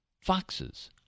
Foxes